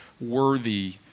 worthy